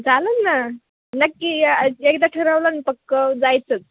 चालेल ना नक्की या एकदा ठरवलं न पक्क जायचंच